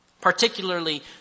particularly